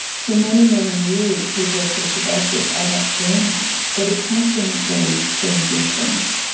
for many, many years, people had said for doctors, oh, that's burnout, but it's something very, very different,